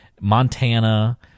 Montana